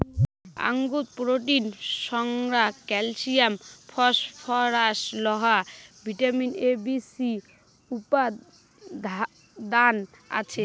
আঙুরত protein, শর্করা, calcium, phosphorus, লোহা, vitamin A, B, C উপাদান আছে